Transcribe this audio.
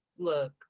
Look